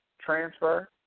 transfer